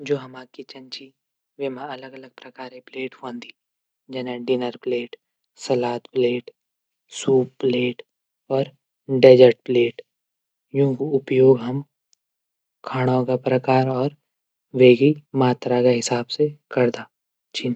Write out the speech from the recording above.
जू. हमर किचन वेमा अलग अलग प्रकार की प्लेट हूंदी। जनकी dinner plate. Salad plate. Soup plate. और डेजर्ट प्लेट। यूंक उपयोग हम खाणू प्रकार वेकी मात्रा हिसाब से करदा।